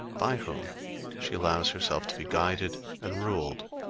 by whom she allows herself to be guided and ruled.